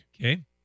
Okay